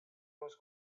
was